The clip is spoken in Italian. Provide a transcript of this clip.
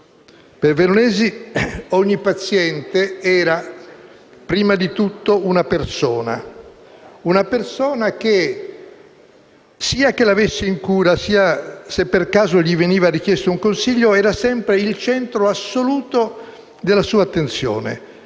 Per Veronesi ogni paziente era, prima di tutto, una persona. Una persona che, sia che l'avesse in cura, sia se per caso gli veniva richiesto un consiglio, era sempre il centro assoluto della sua attenzione.